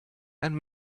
and